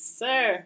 sir